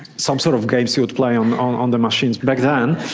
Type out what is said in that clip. some sort of games he would play um on on the machines back then.